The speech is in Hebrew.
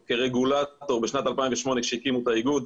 כרגולטור בשנת 2008 כשהקימו את האיגוד,